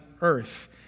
earth